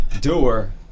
Doer